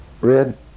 Red